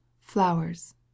flowers